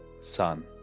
son